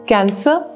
Cancer